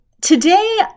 today